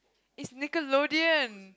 it's Nickelodeon